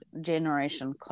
generation